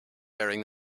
bearing